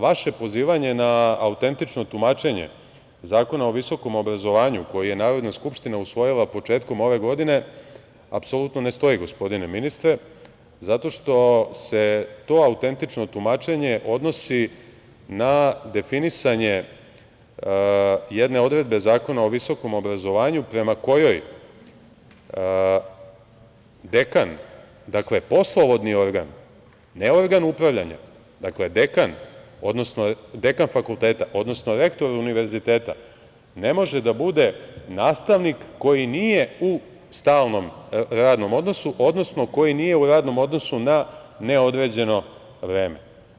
Vaše pozivanje na autentično tumačenje Zakona o visokom obrazovanju koji je Narodna skupština usvojila početkom ove godine apsolutno ne stoji, gospodine ministre, zato što se to autentično tumačenje odnosi na definisanje jedne odredbe Zakona o visokom obrazovanju prema kojoj dekan, dakle poslovodni organ, ne organ upravljanja, dekan fakulteta, odnosno rektor univerziteta ne može da bude nastavnik koji nije u stalnom radnom odnosu, odnosno koji nije u radnom odnosu na neodređeno vreme.